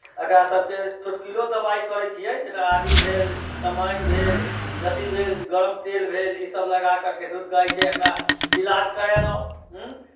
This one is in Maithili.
एकरा सभके चोटकिलो दवाइ करै छियै जेना आदी भेल जमाइन भेल अथी भेल गरम तेल भेल ईसभ लगा कऽ किदन कहै छै एकरा इलाज करैलहुँ